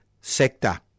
sector